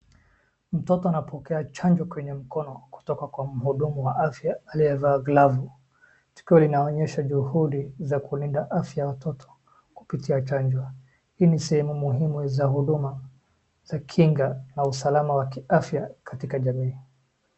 Mtoto anapokea chanjo kwenye mkono kutoka kwa mhudumu wa afya aliyevaa glavu. Tukio linaonyesha juhudi za kulinda afya ya watoto kupitia chanjo. Hii ni sehemu muhimu za huduma za kinga na usalama wa kiafya katika jamii.